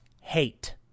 hate